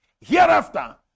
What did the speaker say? Hereafter